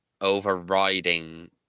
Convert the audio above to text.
overriding